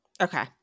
Okay